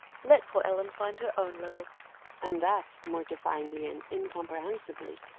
let poor ellen find her own level and that, mortifyingly and incomprehensibly,